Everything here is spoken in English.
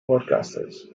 broadcasters